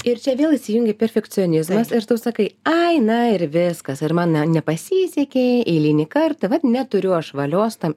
ir čia vėl įsijungia perfekcionizmas ir tu sakai ai na ir viskas ir man nepasisekė eilinį kartą vat neturiu aš valios tam